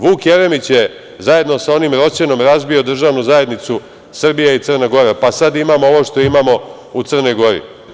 Vuk Jeremić je zajedno sa onim Roćenom razbio Državnu zajednicu Srbija i Crna Gora, pa sada imamo ovo što imamo u Crnoj Gori.